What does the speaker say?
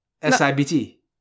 S-I-B-T